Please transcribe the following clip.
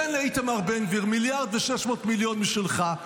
תן לאיתמר בן גביר 1.6 מיליארד משלך,